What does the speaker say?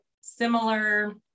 similar